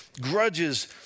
grudges